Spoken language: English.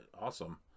Awesome